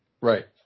right